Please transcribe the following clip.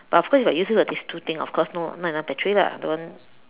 but of course if I use it for these two thing of course no not enough battery lah that one